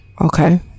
Okay